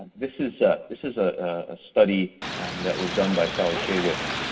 this is ah this is a study that was done by sally shaywitz